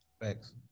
Thanks